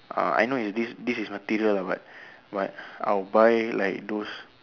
uh I know is this this is material lah but but I will buy like those